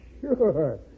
sure